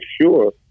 sure